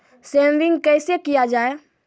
Saving कैसै किया जाय?